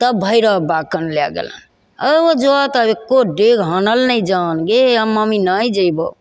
तब भैरव बाबा कन लै गेलनि आओर जँ तऽ एक्को डेग हनन नहि जान गे हम मामी नहि जएबौ